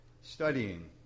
studying